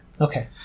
Okay